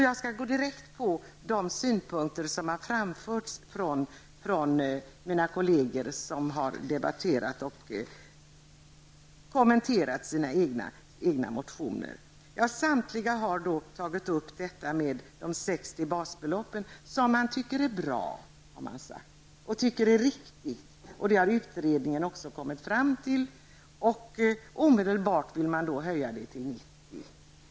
Jag skall gå direkt på de synpunkter som har framförts från mina kolleger som har debatterat och kommenterat sina egna motioner. Samtliga har tagit upp detta med de 60 basbeloppen. Det tycker man är bra och riktigt. Det har också utredningen kommit fram till. Då vill man omedelbart höja det till 90.